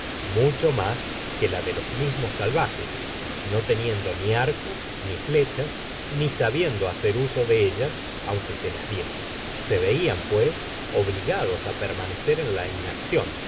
mucho mas que la de los mismos salvajes no teniendo ni arcos ni flechas ni sabiendo hacer uso de ellas aunque se las diesen se veian pues obligados á permanecer en la